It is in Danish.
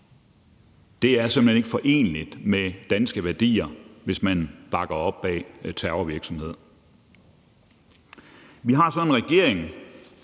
Det er simpelt hen ikke foreneligt med danske værdier, hvis man bakker op om terrorvirksomhed. Vi har så en regering,